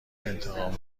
انتقام